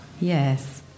Yes